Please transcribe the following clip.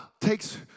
takes